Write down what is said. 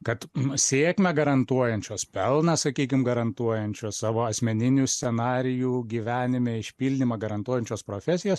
kad sėkmę garantuojančios pelną sakykim garantuojančios savo asmeninių scenarijų gyvenime išpildymą garantuojančios profesijos